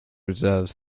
reserves